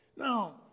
Now